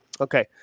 Okay